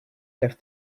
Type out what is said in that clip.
left